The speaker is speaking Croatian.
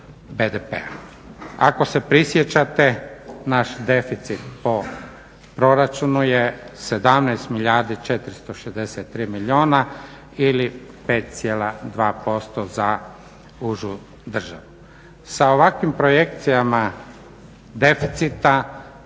BDP-a. Ako se prisjećate, naš deficit po proračunu je 17 milijardi 463 milijuna ili 5,2% za užu državu. Sa ovakvim projekcijama deficita